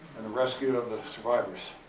and the rescue of the survivors.